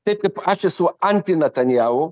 taip kaip aš esu anti natanjahu